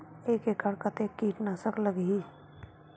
एक एकड़ कतेक किट नाशक लगही?